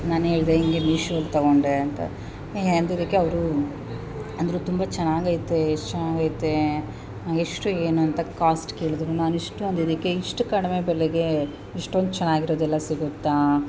ನಾನು ಹೇಳ್ದೆ ಹಿಂಗೆ ಮೀಶೋಲಿ ತಗೊಂಡೇ ಅಂತ ಹೀಗೆ ಅಂದಿದಕ್ಕೆ ಅವರು ಅಂದರು ತುಂಬ ಚೆನ್ನಾಗೈತೆ ಎಷ್ಟು ಚೆನ್ನಾಗೈತೇ ಎಷ್ಟು ಏನು ಅಂತ ಕಾಸ್ಟ್ ಕೇಳಿದರು ನಾನು ಇಷ್ಟು ಅಂದಿದ್ದಕ್ಕೆ ಇಷ್ಟು ಕಡಿಮೆ ಬೆಲೆಗೇ ಇಷ್ಟೊಂದು ಚೆನ್ನಾಗಿರೋದೆಲ್ಲ ಸಿಗುತ್ತಾ